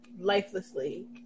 lifelessly